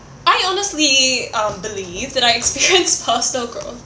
I honestly uh believe that I experienced personal growth